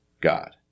God